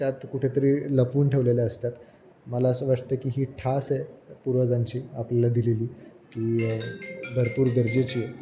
त्यात कुठेतरी लपवून ठेवलेल्या असतात मला असं वाटतं की ही ठास आहे पूर्वजांची आपल्याला दिलेली की भरपूर गरजेची